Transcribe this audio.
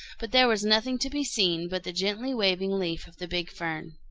but there was nothing to be seen but the gently waving leaf of the big fern.